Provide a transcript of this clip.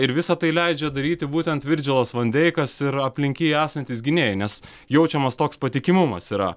ir visa tai leidžia daryti būtent virdžilas vandeikas ir aplink jį esantis gynėjai nes jaučiamas toks patikimumas yra